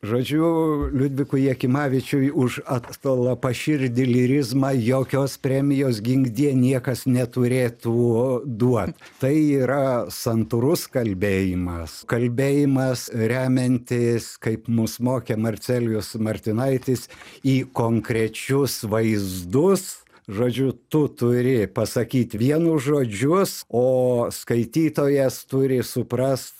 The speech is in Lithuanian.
žodžiu liudvikui jakimavičiui už atlapaširdį lyrizmą jokios premijos gink die niekas neturėtų duot tai yra santūrus kalbėjimas kalbėjimas remiantis kaip mus mokė marcelijus martinaitis į konkrečius vaizdus žodžiu tu turi pasakyt vienus žodžius o skaitytojas turi suprast